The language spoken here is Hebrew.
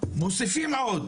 מוסיפים עוד